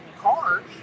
cars